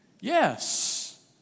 Yes